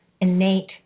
innate